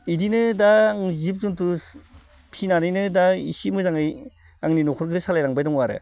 इदिनो दा आं जिब जुन्थु फिनानैनो दा इसे मोजाङै आंनि न'खरखो सालायलांबाय दं आरो